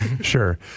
Sure